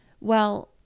Well